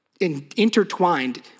intertwined